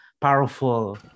powerful